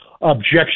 objection